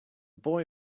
boy